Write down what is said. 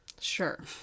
Sure